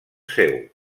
seu